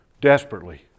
desperately